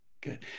Good